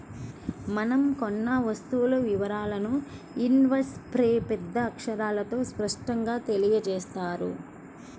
మనం కొన్న వస్తువు వివరాలను ఇన్వాయిస్పై పెద్ద అక్షరాలతో స్పష్టంగా తెలియజేత్తారు